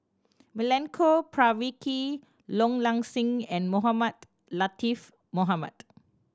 Milenko Prvacki Low Ing Sing and Mohamed Latiff Mohamed